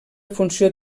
funció